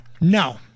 No